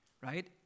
Right